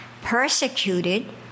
Persecuted